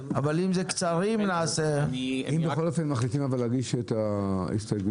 אבל אם זה קצרים נעשה אם בכל אופן מחליטים להגיש את ההסתייגויות,